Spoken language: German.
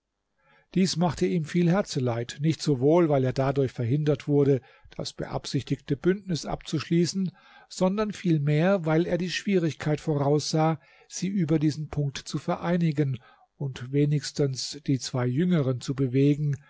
dies machte ihm viel herzeleid nicht sowohl weil er dadurch verhindert wurde das beabsichtigte bündnis abzuschließen sondern vielmehr weil er die schwierigkeit voraussah sie über diesen punkt zu vereinigen und wenigstens die zwei jüngeren zu bewegen